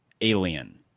alien